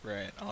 Right